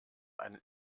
ein